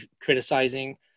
criticizing